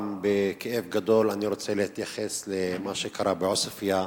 בכאב גדול, אני רוצה להתייחס למה שקרה בעוספיא,